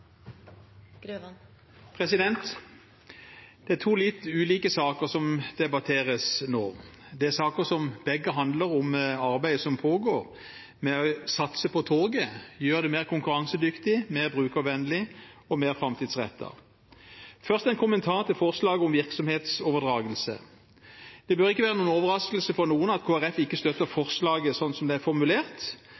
poenget. Det er to litt ulike saker som debatteres nå. De er begge saker som handler om arbeidet som pågår med å satse på toget, gjøre det mer konkurransedyktig, mer brukervennlig og mer framtidsrettet. Først en kommentar til forslaget om virksomhetsoverdragelse. Det bør ikke være noen overraskelse for noen at Kristelig Folkeparti ikke støtter